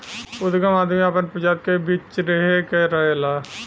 उदगम आदमी आपन प्रजाति के बीच्रहे के करला